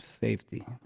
safety